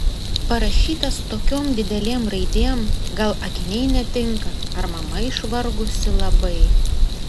parašytas tokiom didelėm raidėm gal akiniai netinka ar mama išvargusi labai